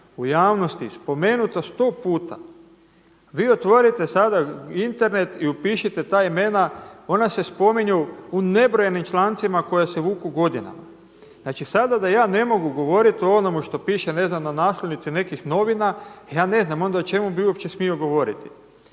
u javnosti spomenuta 100 puta. Vi otvorite sada Internet i upišite ta imena, ona se spominju u nebrojenim člancima koja se vuku godinama. Znači sada da ja ne mogu govoriti o onome što piše ne znam na naslovnici nekih novina, ja ne znam, onda o čemu bih uopće smio govoriti.